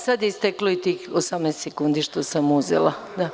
Sada je isteklo i tih 18 sekundi što sam uzela.